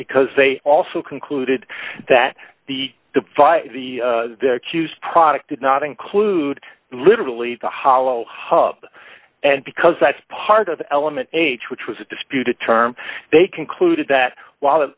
because they also concluded that the device the product did not include literally the hollow hub and because that's part of element h which was a disputed term they concluded that while